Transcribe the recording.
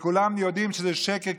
וכולם יודעים שזה שקר,